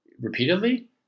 repeatedly